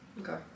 Okay